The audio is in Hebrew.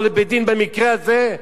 או לבית-דין במקרה הזה,